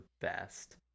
best